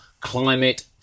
climate